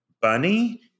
Bunny